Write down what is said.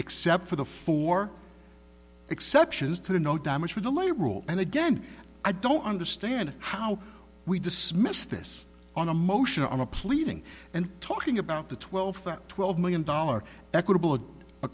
except for the fore exceptions to the no damage for the lay rule and again i don't understand how we dismiss this on a motion on a pleading and talking about the twelve twelve million dollars equitable